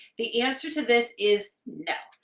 the answer to this is no.